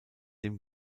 dem